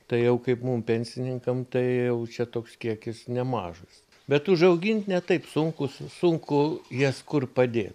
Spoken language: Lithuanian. tai jau kaip mum pensininkam tai jau čia toks kiekis nemažas bet užaugint ne taip sunku su sunku jas kur padėt